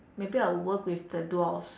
maybe I'll work with the dwarves